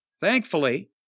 thankfully